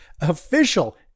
official